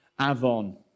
Avon